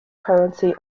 currency